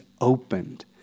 opened